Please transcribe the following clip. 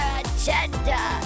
agenda